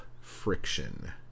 Friction